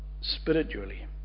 spiritually